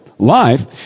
Life